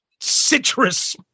citrus